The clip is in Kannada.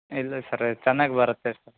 ಇಲ್ಲ ಸರ್ ಅದು ಚೆನ್ನಾಗಿ ಬರುತ್ತೆ ಸ